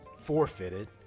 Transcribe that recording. forfeited